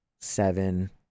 seven